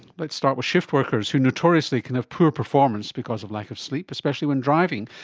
let's start with shift-workers, who notoriously can have poor performance because of lack of sleep, especially when driving.